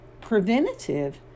preventative